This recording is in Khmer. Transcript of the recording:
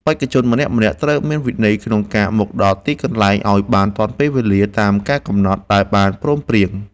បេក្ខជនម្នាក់ៗត្រូវមានវិន័យក្នុងការមកដល់ទីកន្លែងឱ្យបានទាន់ពេលវេលាតាមការកំណត់ដែលបានព្រមព្រៀង។